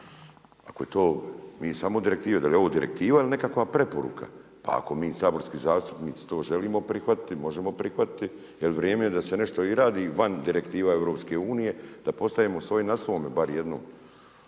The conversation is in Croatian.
to direktiva? Mi samo direktive, da li je ovo direktiva ili je nekakva preporuka? Pa ako mi saborski zastupnici to želimo prihvatiti možemo prihvatiti jel vrijeme je da se nešto radi van direktiva EU, da postanemo svoj na svome bar jednom.